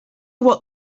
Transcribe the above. what